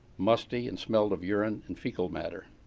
musty, and smelled of urine and fecal matter.